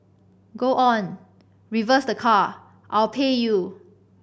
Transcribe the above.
go on reverse the car I'll pay you